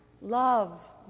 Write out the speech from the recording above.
Love